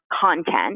content